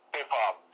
Hip-hop